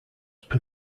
per